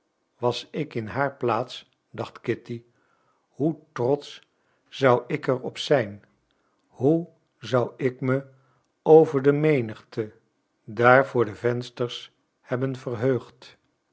was ik in haar plaats dacht kitty hoe trotsch zou ik er op zijn hoe zou ik me over de menigte daar voor de vensters hebben verheugd